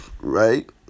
Right